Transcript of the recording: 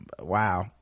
wow